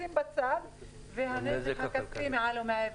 ישנו גם הנזק הכספי שהוא מעל ומעבר.